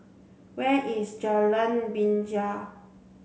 where is Jalan Binjai